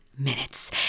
Minutes